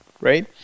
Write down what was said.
right